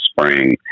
spring